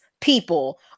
people